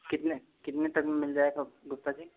कितने कितने तक में मिल जाएगा गुप्ता जी